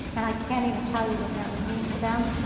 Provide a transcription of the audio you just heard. and i can't even tell you what that would mean to them.